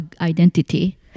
identity